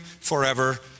forever